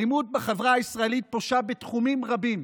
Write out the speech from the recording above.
האלימות בחברה הישראלית פושה בתחומים רבים,